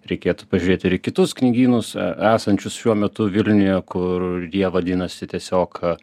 reikėtų pažiūrėti ir į kitus knygynus esančius šiuo metu vilniuje kur jie vadinasi tiesiog